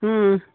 ಹ್ಞೂ